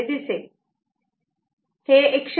6 असे दिसेल